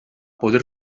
poder